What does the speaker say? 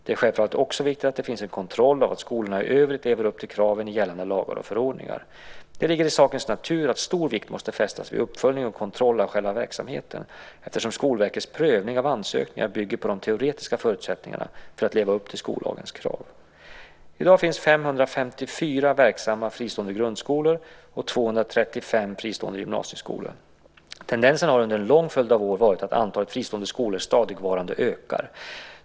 Det är självfallet också viktigt att det finns en kontroll av att skolorna i övrigt lever upp till kraven i gällande lagar och förordningar. Det ligger i sakens natur att stor vikt måste fästas vid uppföljning och kontroll av själva verksamheten, eftersom Skolverkets prövning av ansökningar bygger på de teoretiska förutsättningarna för att leva upp till skollagens krav. I dag finns det 554 verksamma fristående grundskolor och 235 fristående gymnasieskolor. Tendensen har under en lång följd av år varit att antalet fristående skolor stadigvarande ökar.